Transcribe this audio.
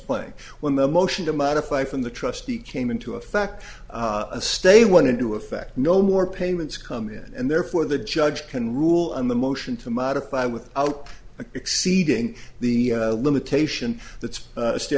playing when the motion to modify from the trustee came into effect a stay went into effect no more payments come in and therefore the judge can rule on the motion to modify with out exceeding the limitation that's